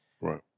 Right